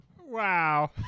Wow